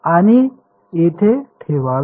आणि येथे ठेवावे